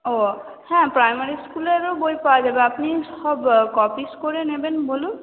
ও হ্যাঁ প্রাইমারি স্কুলেরও বই পাওয়া যাবে আপনি সব ক পিস করে নেবেন বলুন